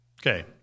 Okay